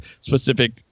specific